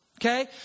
Okay